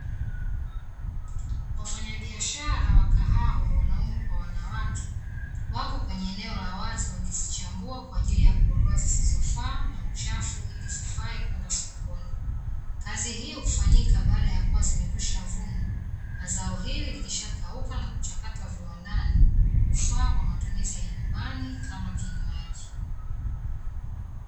Wafanyabiashara wa kahawa; wanaume kwa wanawake, wako kwenye eneo la wazi wakizichambua kwa ajili ya kuondoa zisizofaa na uchafu ili zifae kwenda sokoni. Kazi hii hufanyika baada ya kuwa zimekwishavunwa na zao hili likishakauka na kuchakatwa viwandani hufaa kwa matumizi ya nyumbani kama kinywaji.